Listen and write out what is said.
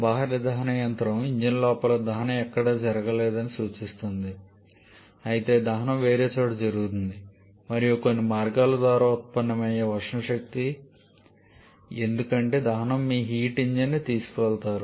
బాహ్య దహన యంత్రం ఇంజిన్ లోపల దహన ఎక్కడ జరగలేదని సూచిస్తుంది అయితే దహనం వేరే చోట జరుగుతోంది మరియు కొన్ని మార్గాల ద్వారా ఉత్పన్నమయ్యే ఉష్ణ శక్తి ఎందుకంటే దహన మీ హీట్ ఇంజిన్కు తీసుకువెళతారు